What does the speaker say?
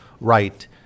right